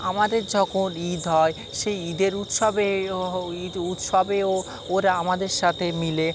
আমাদের যখন ঈদ হয় সেই ঈদের উৎসবে হো ঈদ উৎসবেও ওরা আমাদের সাথে মিলে